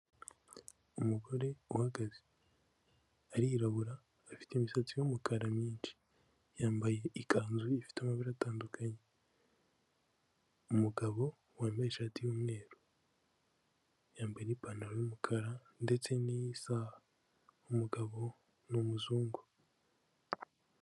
Umugore uhagaze arirabura afite imisatsi y'umukara myinshi, yambaye ikanzu ifite amabara atandukanye, umugabo wambaye ishati y'umweru, yambaye n'ipantaro y'umukara ndetse n'isaha umugabo n'umuzungu.